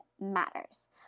matters